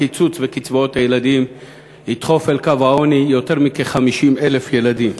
הקיצוץ בקצבאות הילדים ידחף אל קו העוני יותר מ-50,000 ילדים.